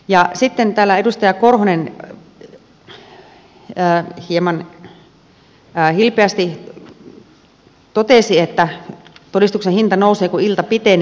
ja sitten täällä edustaja korhonen hieman hilpeästi totesi että todistuksen hinta nousee kun ilta pitenee